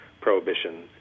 prohibition